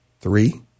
Three